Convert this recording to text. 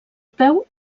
peu